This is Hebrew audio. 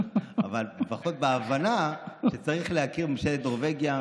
לפחות בהבנה שצריך להכיר בממשלת נורבגיה,